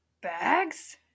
Bags